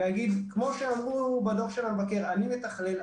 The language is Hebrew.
ויגיד כמו שאמרו בדוח של המבקר: אני מתכלל,